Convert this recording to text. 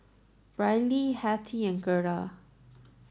Brylee Hettie and Gerda